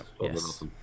Yes